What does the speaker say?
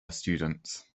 students